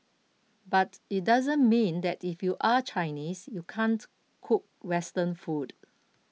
but it doesn't mean that if you are Chinese you can't cook Western food